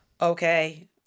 okay